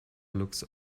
looks